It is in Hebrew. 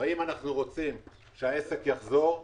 אם אנחנו רוצים שהעסק יחזור,